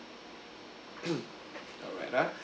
alright ah